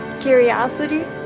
Curiosity